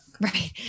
right